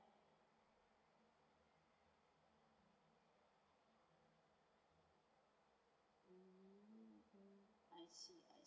mm I see I see